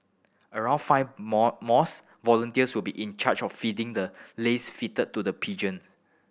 around five more mores volunteers will be in charge of feeding the lace feed to the pigeon